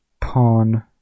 pawn